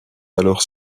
alors